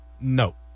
No